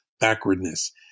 backwardness